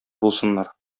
булсыннар